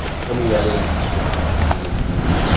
some of the others ah would be,